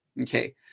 okay